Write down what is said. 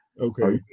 Okay